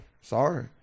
sorry